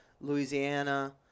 Louisiana